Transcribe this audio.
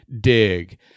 dig